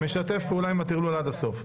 שלמה, אני משתף פעולה עם הטרלול עד הסוף.